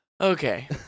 Okay